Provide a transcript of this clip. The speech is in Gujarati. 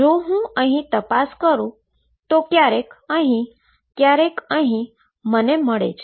જો હું અહીં તપાસ કરૂં તો ક્યારેક અહીં ક્યારેક અહીં મને મ ળે છે